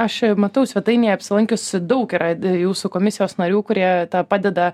aš matau svetainėje apsilankiusių daug yra jūsų komisijos narių kurie padeda